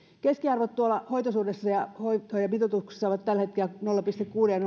keskiarvot tuolla hoitoisuudessa ja hoitajamitoituksessa ovat tällä hetkellä nolla pilkku kuuden